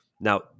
Now